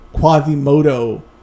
Quasimodo